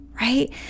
right